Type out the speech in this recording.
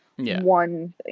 one